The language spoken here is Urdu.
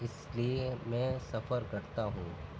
اِس لیے میں سفر کرتا ہوں